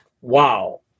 wow